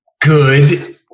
good